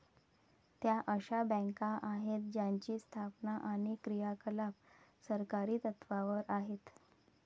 त्या अशा बँका आहेत ज्यांची स्थापना आणि क्रियाकलाप सहकारी तत्त्वावर आहेत